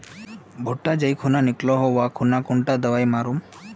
भुट्टा जाई खुना निकलो होबे वा खुना कुन दावा मार्मु?